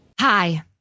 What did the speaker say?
Hi